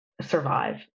survive